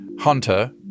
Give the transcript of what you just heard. Hunter